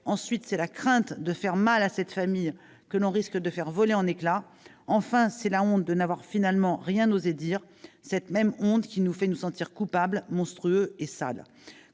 Ensuite c'est la crainte de faire mal à cette famille que l'on risque de faire voler en éclats. Et enfin c'est la honte de n'avoir finalement rien osé dire. Cette même honte qui nous fait nous sentir coupables, monstrueux et sales.